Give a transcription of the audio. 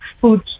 food